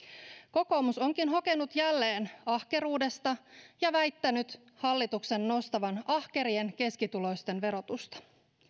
kokoomus onkin hokenut jälleen ahkeruudesta ja väittänyt hallituksen nostavan ahkerien keskituloisten verotusta